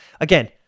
Again